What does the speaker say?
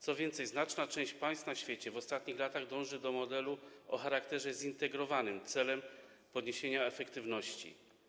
Co więcej, znaczna część państw na świecie w ostatnich latach dąży do modelu o charakterze zintegrowanym celem podniesienia efektywności.